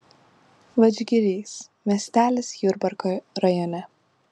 vadžgirys miestelis jurbarko rajone